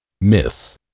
Myth